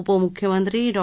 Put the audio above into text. उपमुख्यमंत्री डॉ